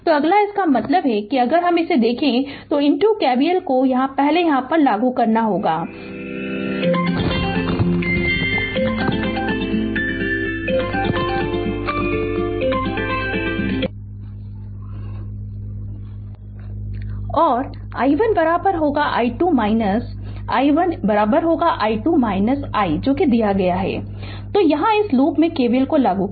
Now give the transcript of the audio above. तो अगला इसका मतलब है कि अगर देखे इसे तो KVL को पहले यहां लागू करें जो कि i1 i और i1 i2 i1 i2 i दिया गया है तो यहां इस लूप में KVL लागू करें